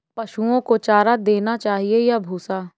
पशुओं को चारा देना चाहिए या भूसा?